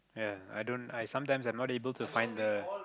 ya i don't I sometimes I'm not able to find the